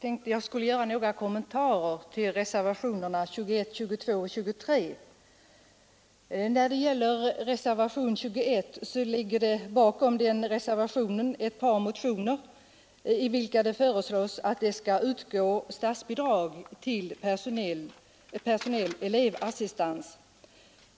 Fru talman! Jag tänker göra några kommentarer till reservationerna 21, 22 och 23. När det gäller reservationen 21 kan sägas att bakom denna ligger ett par motioner, i vilka föreslås att statsbidrag skall utgå till personell elevassistans.